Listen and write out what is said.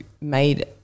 made